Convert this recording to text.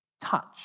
touch